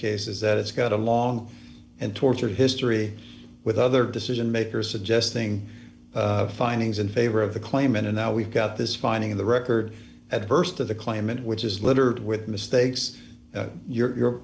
case is that it's got a long and tortured history with other decision makers suggesting findings in favor of the claimant and now we've got this finding in the record at the st of the claimant which is littered with mistakes your in your